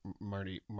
Marty